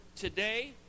today